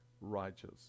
righteous